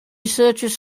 searches